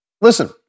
Listen